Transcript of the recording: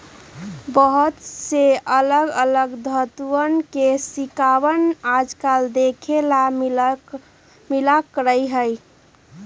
बहुत से अलग अलग धातुंअन के सिक्कवन आजकल देखे ला मिला करा हई